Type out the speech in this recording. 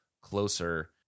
Closer